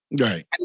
right